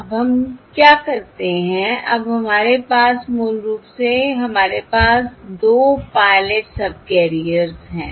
अब हम क्या करते हैं अब हमारे पास मूल रूप से हमारे पास 2 पायलट सबकैरियर्स हैं